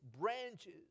branches